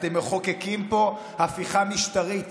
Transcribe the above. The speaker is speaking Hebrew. אתם מחוקקים פה הפיכה משטרית